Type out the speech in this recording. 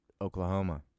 oklahoma